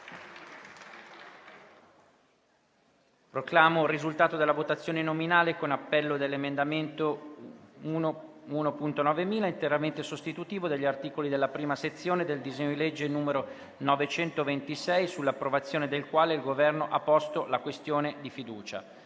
Proclamo il risultato della votazione nominale con appello dell'emendamento 1.9000, presentato dal Governo, interamente sostitutivo degli articoli della prima sezione del disegno di legge n. 926, sull'approvazione del quale il Governo ha posto la questione di fiducia: